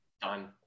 Done